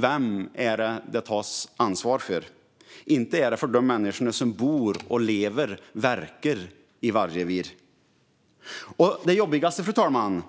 Vem är det som det tas ansvar för? Inte är det för de människor som bor, lever och verkar i vargrevir. Det jobbigaste, fru talman,